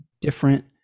different